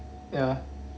ya